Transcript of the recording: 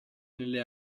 nelle